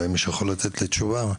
אולי מישהו יכול לתת לי תשובה,